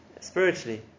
spiritually